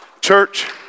Church